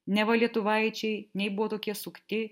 neva lietuvaičiai nei buvo tokie sukti